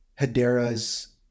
hedera's